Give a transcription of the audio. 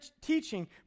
teaching